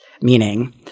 meaning